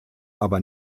aber